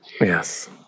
Yes